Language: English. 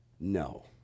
No